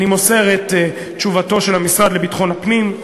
אני מוסר את תשובתו של המשרד לביטחון הפנים,